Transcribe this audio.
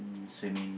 um swimming